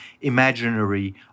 imaginary